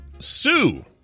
sue